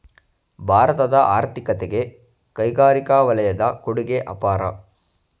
ಭಾರತದ ಆರ್ಥಿಕತೆಗೆ ಕೈಗಾರಿಕಾ ವಲಯದ ಕೊಡುಗೆ ಅಪಾರ